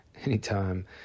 Anytime